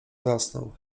zasnął